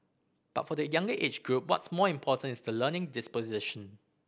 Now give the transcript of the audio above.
but for the younger age group what's more important is the learning disposition